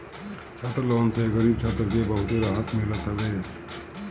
छात्र लोन से गरीब छात्र के बहुते रहत मिलत हवे